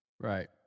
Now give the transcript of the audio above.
Right